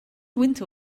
winter